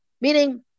Meaning